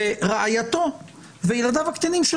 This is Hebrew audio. ורעייתו וילדיו הקטנים,